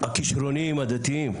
הכשרוניים הדתיים,